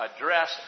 address